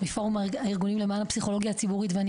מפורום הארגונים למען הפסיכולוגיה הציבורית ואני